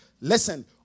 Listen